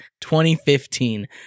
2015